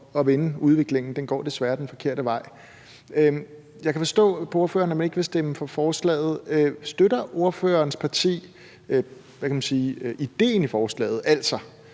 at vende udviklingen. Den går desværre den forkerte vej. Jeg kan forstå på ordføreren, at man ikke vil stemme for forslaget. Støtter ordførerens parti idéen i forslaget,